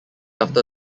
after